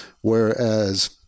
whereas